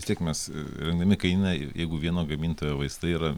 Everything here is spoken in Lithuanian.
vis tiek mes rengdami kainyną jeigu vieno gamintojo vaistai yra